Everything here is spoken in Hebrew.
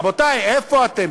רבותי, איפה אתם?